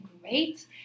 great